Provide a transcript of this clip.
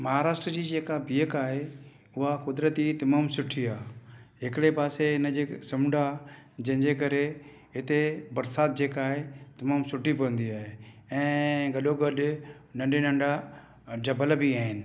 महाराष्ट्रा जी जेका बीहक आहे उहा क़ुदिरती तमामु सुठी आहे हिकिड़े पासे हिन जे समुंडु आहे जंहिंजे करे हिते बरसाति जेका आहे तमामु सुठी पवंदी आहे ऐं गॾो गॾु नंढा नंढा जबल बि आहिनि